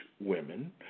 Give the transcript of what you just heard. women